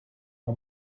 mon